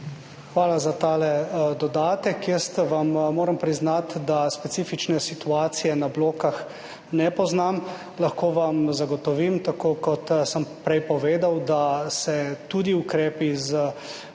Hvala za tale dodatek. Moram vam priznati, da specifične situacije na Blokah ne poznam. Lahko vam zagotovim, tako, kot sem prej povedal, da se tudi ukrepi za